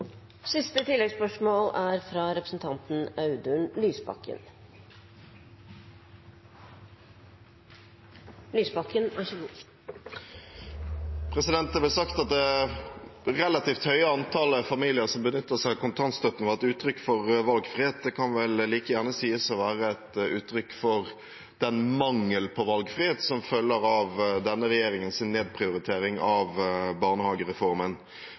Audun Lysbakken – til siste oppfølgingsspørsmål. Det ble sagt at det relativt høye antallet familier som benytter seg av kontantstøtte, er et uttrykk for valgfrihet. Det kan vel like gjerne sies å være et uttrykk for den mangel på valgfrihet som følger av denne regjeringens nedprioritering av barnehagereformen.